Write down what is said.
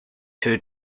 two